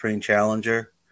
Challenger